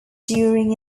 during